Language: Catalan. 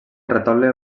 retaule